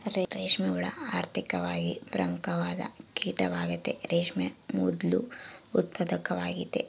ರೇಷ್ಮೆ ಹುಳ ಆರ್ಥಿಕವಾಗಿ ಪ್ರಮುಖವಾದ ಕೀಟವಾಗೆತೆ, ರೇಷ್ಮೆಯ ಮೊದ್ಲು ಉತ್ಪಾದಕವಾಗೆತೆ